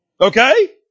Okay